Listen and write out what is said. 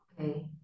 Okay